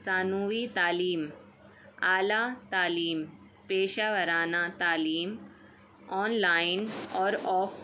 ثانوی تعلیم اعلیٰ تعلیم پیشہ وارانہ تعلیم آن لائن اور آف